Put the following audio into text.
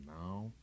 now